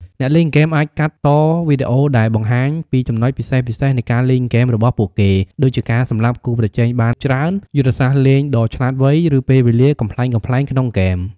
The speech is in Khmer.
អ្នកលេងហ្គេមអាចកាត់តវីដេអូដែលបង្ហាញពីចំណុចពិសេសៗនៃការលេងរបស់ពួកគេ ដូចជាការសម្លាប់គូប្រជែងបានច្រើន យុទ្ធសាស្ត្រលេងដ៏ឆ្លាតវៃ ឬពេលវេលាកំប្លែងៗក្នុងហ្គេម។